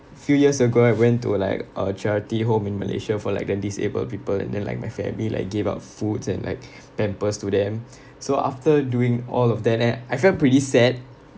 few years ago I went to like a charity home in malaysia for like the disabled people and then like my family like gave out foods and like pampers to them so after doing all of that and I felt pretty sad